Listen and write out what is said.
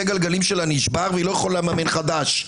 הגלגלים שלה נשבר ולא יכולה לממן לה חדש,